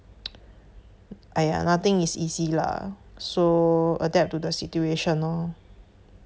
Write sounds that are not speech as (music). (noise) !aiya! nothing is easy lah so adapt to the situation lor